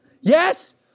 yes